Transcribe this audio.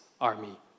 army